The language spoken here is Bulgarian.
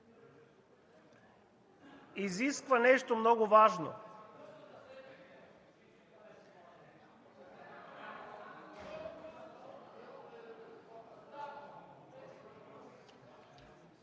изисква нещо много важно…